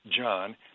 John